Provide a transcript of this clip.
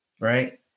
Right